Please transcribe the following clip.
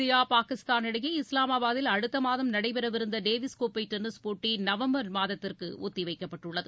India Pakistan இடையே இஸ்லாமாபாத்தில் அடுத்த மாதம் நடைபெறவிருந்த டேவிஸ் கோப்பை டென்னிஸ் போட்டி நவம்பர் மாதத்திற்கு ஒத்தி வைக்கப்பட்டுள்ளது